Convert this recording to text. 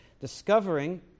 discovering